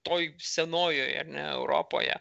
toj senojoj ar ne europoje